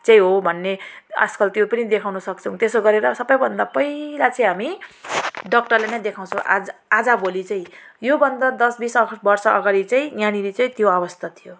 चाहिँ हो भन्ने आजकल त्यो पनि देखाउनु सक्छौँ त्यसो गरेर सबै भन्दा पहिला चाहिँ हामी डाक्टरलाई नै देखाउँछौँ आज आज भोलि चाहिँ यो भन्दा दस बिस वर्ष अगाडि चाहिँ यहाँनेरि चाहिँ त्यो अवस्था थियो